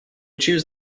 choose